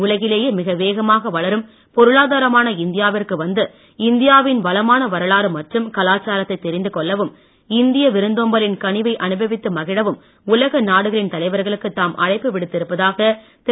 உலகிலேயே பொருளாதாரமான இந்தியாவிற்கு வந்து இந்தியாவின் வளமான வரலாறு மற்றும் கலாச்சாரத்தை தெரிந்து கொள்ளவும் இந்திய விருந்தோம்பலின் கனிவை அனுபவித்து மகிழவும் உலக நாடுகளின் தலைவர்களுக்கு தாம் அழைப்பு விடுத்து இருப்பதாக திரு